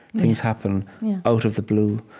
things happen out of the blue.